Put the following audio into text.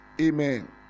Amen